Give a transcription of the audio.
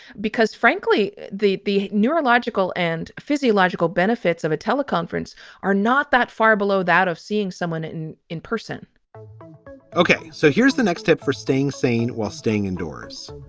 because frankly, the the neurological and physiological benefits of a teleconference are not that far below that of seeing someone in in person ok, so here's the next tip for staying sane while staying indoors.